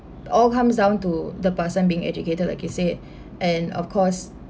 all comes down to the person being educated like you said and of course